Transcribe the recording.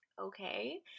okay